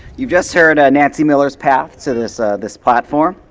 you just heard nancy miller's path to this this platform.